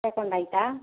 ತಗೊಂಡ್ ಆಯಿತಾ